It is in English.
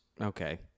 Okay